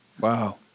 Wow